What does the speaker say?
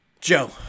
Joe